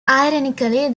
ironically